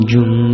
Jum